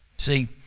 See